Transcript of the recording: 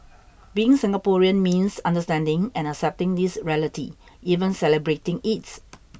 being Singaporean means understanding and accepting this reality even celebrating it